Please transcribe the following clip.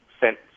sent